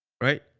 Right